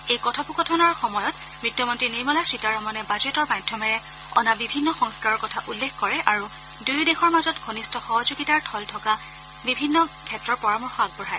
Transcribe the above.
এই কথপোকথনৰ সময়ত বিত্তমন্ত্ৰী নিৰ্মলা সীতাৰমণে বাজেতৰ মাধ্যমেৰে অনা বিভিন্ন সংস্কাৰৰ কথা উল্লেখ কৰে আৰু দুয়ো দেশৰ মাজত ঘনিষ্ঠ সহযোগিতাৰ থল থকা বিভিন্ন ক্ষেত্ৰৰ পৰামৰ্শ আগবঢ়ায়